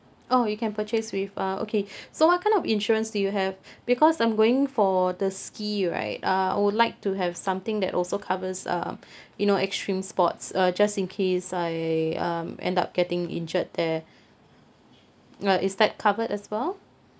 oh you can purchase with uh okay so what kind of insurance do you have because I'm going for the ski right uh I would like to have something that also covers um you know extreme sports uh just in case I um end up getting injured there uh is that covered as well